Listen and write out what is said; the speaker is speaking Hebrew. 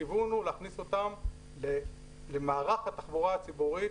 הכיוון הוא להכניס אותם למערך התחבורה הציבורית,